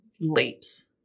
leaps